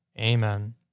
amen